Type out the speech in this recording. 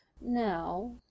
Now